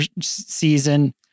season